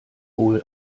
wohl